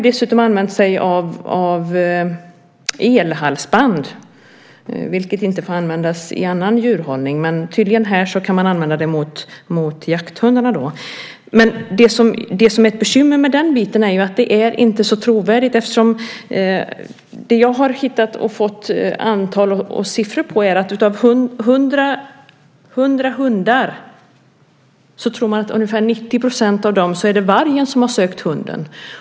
Här används elhalsband, vilket inte får användas i annan djurhållning. Men här går det tydligen att användas mot jakthundar. Bekymret är att det inte är så trovärdigt. Jag har fått veta att i fråga om 100 hundar har vargen i 90 % av fallen sökt hunden.